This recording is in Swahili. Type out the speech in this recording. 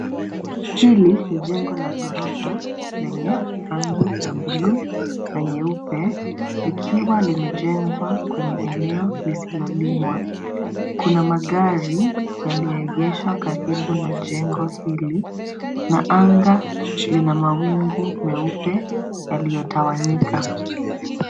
Hili ni jengo la ghorofa lenye rangi ya buluu na nyeupe, likiwa limejengwa kwenye eneo lisilolimwa. Kuna magari yaliyoegeshwa karibu na jengo hili na anga lina mawingu meupe yaliyotawanyika.